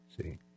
See